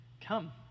come